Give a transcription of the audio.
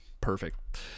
perfect